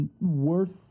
worth